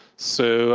so,